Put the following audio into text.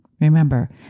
Remember